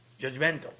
judgmental